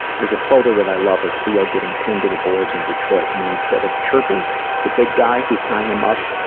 there's a photo that i love of theo getting pinned to the boards in detroit, and instead of chirping the big guy, who's tying him up,